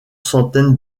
centaines